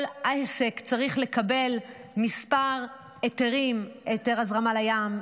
כל עסק צריך לקבל מספר היתרים: היתר הזרמה לים,